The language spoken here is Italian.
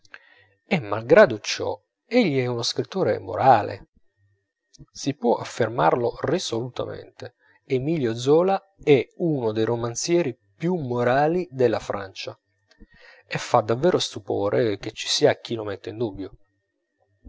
e malgrado ciò egli è uno scrittore morale si può affermarlo risolutamente emilio zola è uno dei romanzieri più morali della francia e fa davvero stupore che ci sia chi lo mette in dubbio